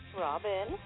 Robin